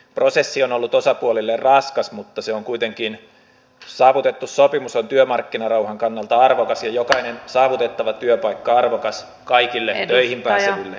prosessi on ollut osapuolille raskas mutta kuitenkin saavutettu sopimus on työmarkkinarauhan kannalta arvokas ja jokainen saavutettava työpaikka arvokas kaikille töihin pääseville yksilöille